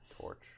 Torch